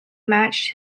matched